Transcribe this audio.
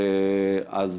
אז